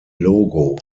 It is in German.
logo